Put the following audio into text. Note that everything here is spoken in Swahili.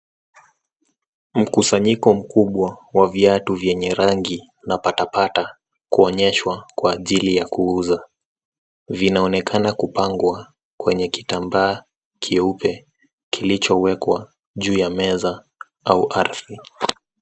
Mkusanyiko mkubwa wa viatu vyenye rangi na patapata kuonyeshwa kwa ajili ya kuuza. Vinaonekana kupangwa kwenye kitambaa kyeupe kilichowekwa juu ya meza au ardhini.